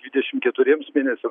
dvidešimt keturiems mėnesiams